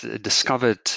discovered